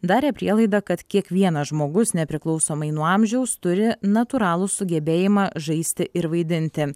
darė prielaidą kad kiekvienas žmogus nepriklausomai nuo amžiaus turi natūralų sugebėjimą žaisti ir vaidinti